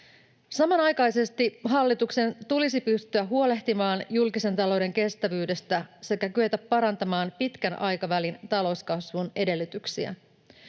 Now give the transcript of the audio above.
Samanaikaisesti hallituksen tulisi pystyä huolehtimaan julkisen talouden kestävyydestä sekä kyetä parantamaan pitkän aikavälin talouskasvun edellytyksiä.